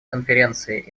конференции